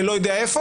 ואני לא יודע איפה,